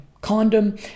condom